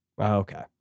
Okay